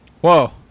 Whoa